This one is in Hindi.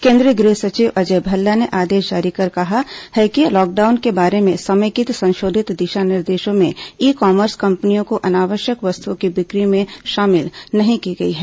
केन्द्रीय गृह सचिव अजय भल्ला ने आदेश जारी कर कहा है कि लॉकडाउन के बारे में समेकित संशोधित दिशा निर्देशों में ई कॉमर्स कंपनियों को अनावश्यक वस्तुओं की बिक्री में शामिल नहीं की गई है